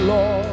Lord